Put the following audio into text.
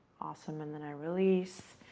awesome. and then i release,